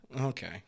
Okay